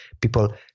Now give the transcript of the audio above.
people